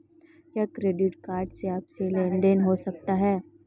क्या credit card से आपसी लेनदेन हो सकता है?